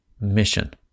mission